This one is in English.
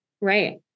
Right